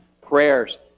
prayers